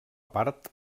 part